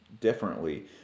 differently